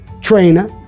trainer